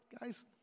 guys